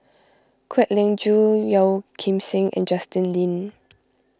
Kwek Leng Joo Yeo Kim Seng and Justin Lean